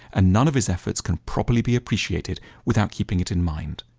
and none of his efforts can properly be appreciated without keeping it in mind.